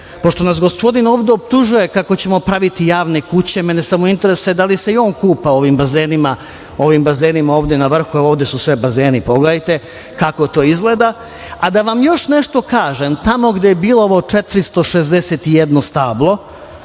Pošto nas gospodin ovde optužuje kako ćemo praviti javne kuće, mene samo interesuje da li se i on kupa u ovim bazenima ovde na vrhu, evo ovde su sve bazeni. Pogledajte kako to izgleda. Da vam još nešto kažem. Tamo gde je bilo ovo 461 stablo,